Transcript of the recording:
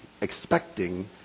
expecting